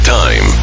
time